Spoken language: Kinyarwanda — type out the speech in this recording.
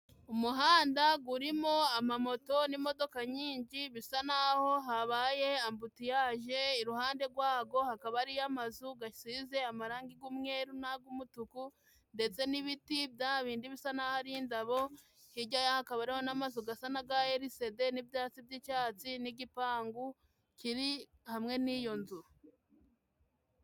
Umuhanda gurimo amamoto n'imodoka nyinji bisa n'aho habaye ambutiyaje, iruhande gwago hakaba hariyo amazu gasize amarangi g'umweru n'ag'umutuku ndetse n'ibiti bya bindi bisa n'aho ari indabo, hiijya yayo hakaba hariyo n'amazu gasa n'aga Elisede n'ibyatsi by'icatsi n'igipangu kiri hamwe n'iyo nzu.